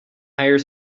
hire